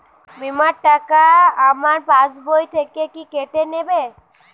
বিমার টাকা আমার পাশ বই থেকে কি কেটে নেবে?